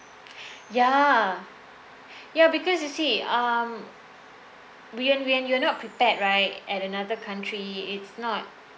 ya ya because you see um when when you are not prepared right at another country it's not